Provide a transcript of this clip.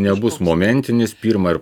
nebus momentinis pirma ir